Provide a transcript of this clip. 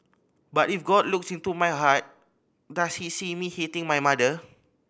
but if God looks into my heart does he see me hating my mother